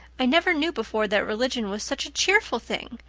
i never knew before that religion was such a cheerful thing.